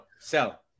Sell